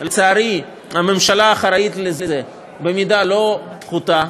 לצערי, הממשלה אחראית לזה במידה לא פחותה,